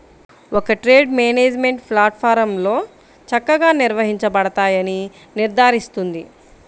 ఒక trade management ప్లాట్ఫారమ్లో చక్కగా నిర్వహించబడతాయని నిర్ధారిస్తుంది